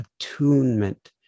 attunement